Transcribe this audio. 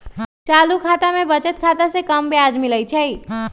चालू खता में बचत खता से कम ब्याज मिलइ छइ